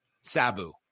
Sabu